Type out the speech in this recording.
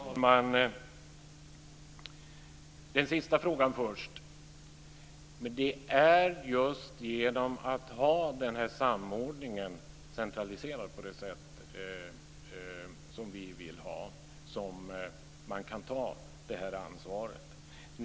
Fru talman! Den sista frågan först: Det är just genom att ha samordningen decentraliserad på det sätt som vi vill som man kan ta det här ansvaret.